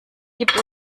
gibt